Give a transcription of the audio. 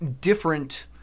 different